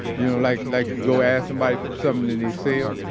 you know, like, like you go ask somebody for something that they sell.